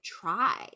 try